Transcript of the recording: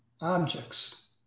objects